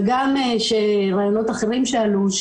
וגם רעיונות אחרים שעלו,